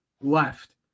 left